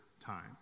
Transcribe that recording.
time